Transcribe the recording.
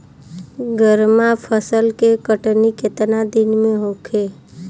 गर्मा फसल के कटनी केतना दिन में होखे?